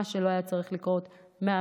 מה שלא היה צריך לקרות מההתחלה.